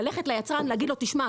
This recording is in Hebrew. ללכת ליצרן ולהגיד לו: "תשמע,